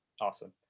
Awesome